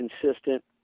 consistent